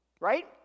Right